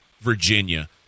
Virginia